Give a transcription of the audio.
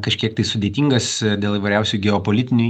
kažkiek tai sudėtingas dėl įvairiausių geopolitinių